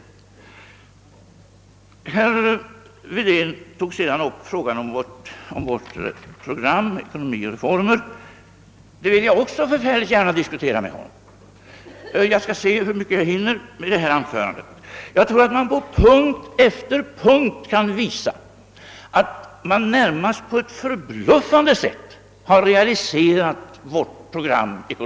Herr Wedén tog vidare upp frågan om vårt program Resultat och reformer. Den saken vill jag också mycket gärna diskutera med herr Wedén — jag skall se hur mycket jag hinner gå in på under detta anförande, Jag tror att man på punkt efter punkt kan visa att vi på ett närmast förbluffande sätt har realiserat programmet.